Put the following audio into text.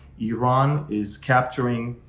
iran is capturing